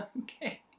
okay